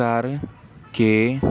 ਕਰਕੇ